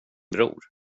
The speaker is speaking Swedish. bror